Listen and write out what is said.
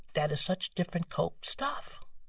that is such different cope stuff.